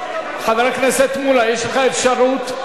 חבר הכנסת מולה, יש לך אפשרות,